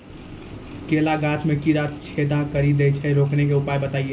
केला गाछ मे कीड़ा छेदा कड़ी दे छ रोकने के उपाय बताइए?